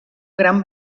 gran